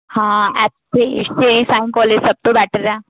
ਹਾਂ ਸਾਈ ਕਾਲਜ ਸਭ ਤੋਂ ਬੈਟਰ ਆ